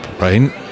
right